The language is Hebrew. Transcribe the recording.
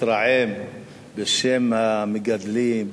מתרעם בשם המגדלים,